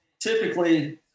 typically